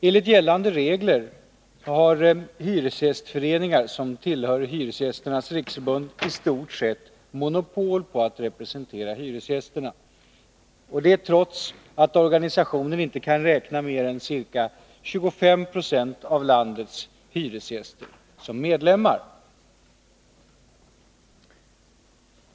Enligt gällande regler har hyresgästsföreningar som tillhör Hyresgästernas riksförbund i stort sett monopol på att representera hyresgästerna — detta trots att organisationen inte kan räkna med mer än ca 25 90 av landets hyresgäster som medlemmar.